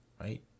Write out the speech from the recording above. right